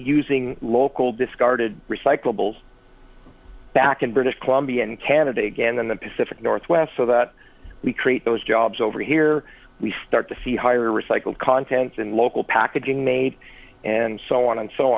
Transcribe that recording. using local discarded recyclables back in british columbia in canada again in the pacific northwest so that we create those jobs over here we start to see higher recycled content and local packaging made and so on and so